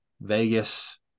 Vegas